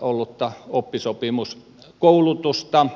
ollutta oppisopimuskoulutusta